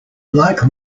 like